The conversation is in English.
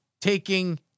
taking